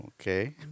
Okay